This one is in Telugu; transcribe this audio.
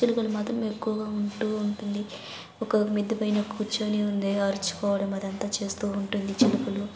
చిలుకలు మాత్రం ఎక్కువగా ఉంటు ఉంటుంది ఒక మిద్ది పైన కూర్చొని ఉండి అర్చుకోవడం అదంతా చేస్తు ఉంటుంది చిలుకలు